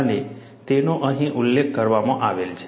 અને તેનો અહીં ઉલ્લેખ કરવામાં આવેલ છે